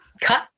cut